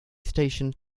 station